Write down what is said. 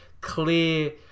clear